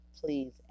please